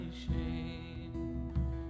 shame